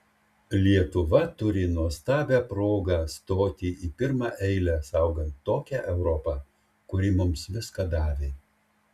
lietuva turi nuostabią progą stoti į pirmą eilę saugant tokią europą kuri mums viską davė